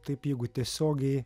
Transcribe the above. taip jeigu tiesiogiai